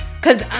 Cause